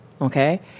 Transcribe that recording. okay